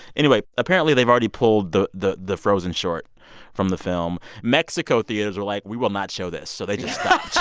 anyway apparently, they've already pulled the the frozen short from the film. mexico theaters were like, we will not show this. so they just stopped